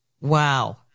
Wow